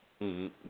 -hmm